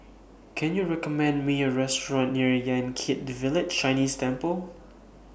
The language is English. Can YOU recommend Me A Restaurant near Yan Kit Village Chinese Temple